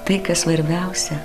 tai kas svarbiausia